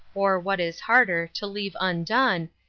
or, what is harder, to leave undone,